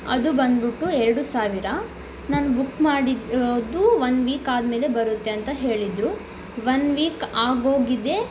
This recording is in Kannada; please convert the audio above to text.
ಅದು ಬಂದುಬಿಟ್ಟು ಎರಡು ಸಾವಿರ ನಾನು ಬುಕ್ ಮಾಡಿರೋದು ವನ್ ವೀಕ್ ಆದ ಮೇಲೆ ಬರುತ್ತೆ ಅಂತ ಹೇಳಿದರು ವನ್ ವೀಕ್ ಆಗೋಗಿದೆ